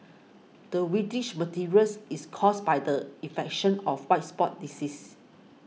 the whitish materials is caused by the infection of white spot disease